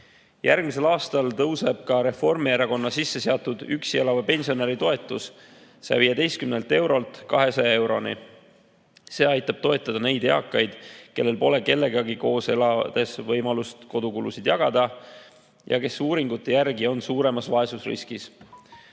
Järgmisel aastal tõuseb ka Reformierakonna sisseseatud üksi elava pensionäri toetus 115 eurolt 200 euroni. See aitab toetada neid eakaid, kellel pole kellegagi koos elades võimalik kodukulusid jagada ja kes uuringute järgi on suuremas vaesusriskis.